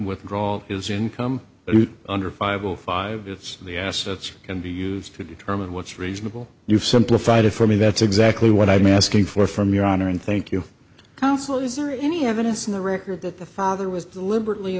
withdrawal is income under five o five it's the assets and be used to determine what's reasonable you've simplified it for me that's exactly what i'm asking for from your honor and thank you counsel is there any evidence in the record that the father was deliberately